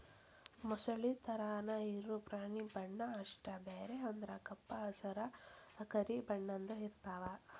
ಮೊಸಳಿ ತರಾನ ಇರು ಪ್ರಾಣಿ ಬಣ್ಣಾ ಅಷ್ಟ ಬ್ಯಾರೆ ಅಂದ್ರ ಕಪ್ಪ ಹಸರ, ಕರಿ ಬಣ್ಣದ್ದು ಇರತಾವ